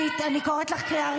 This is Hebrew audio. אבל למה להגיד את זה?